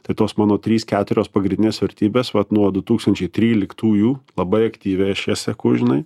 tai tos mano trys keturios pagrindinės vertybės vat nuo du tūkstančiai tryliktųjų labai aktyviai seku žinai